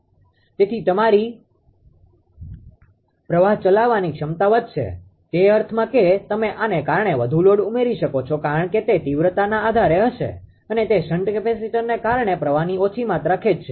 તેથી તમારી પ્રવાહ ચલાવાની ક્ષમતા વધશે તે અર્થમાં કે તમે આને કારણે વધુ લોડ ઉમેરી શકો છો કારણ કે તે તીવ્રતાના આધારે હશે અને તે શન્ટ કેપેસિટરને કારણે પ્રવાહની ઓછી માત્રા ખેંચશે